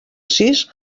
sis